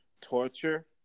torture